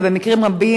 ובמקרים רבים,